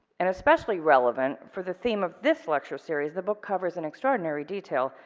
and especially relevant for the theme of this lecture series. the book covers in extraordinary detail.